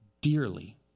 dearly